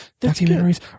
Documentaries